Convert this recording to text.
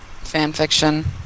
fanfiction